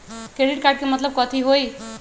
Credit card के मतलब कथी होई?